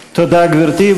תודה, גברתי.